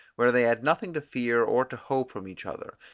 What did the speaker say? where they had nothing to fear or to hope from each other,